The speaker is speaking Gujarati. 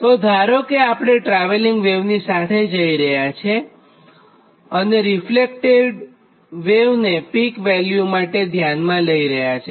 તો ધારો કે આપણે ટ્રાવેલિંગ વેવની સાથે જઈ રહ્યા છે અને રીફ્લેક્ટેડ વેવને પીક વેલ્યુ માટે ધ્યાનમાં લઇ રહ્યા છે